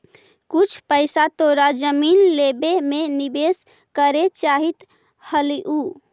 कुछ पइसा तोरा जमीन लेवे में निवेश करे चाहित हलउ